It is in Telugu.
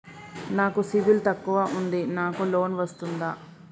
నాకు సిబిల్ తక్కువ ఉంది నాకు లోన్ వస్తుందా?